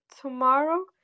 tomorrow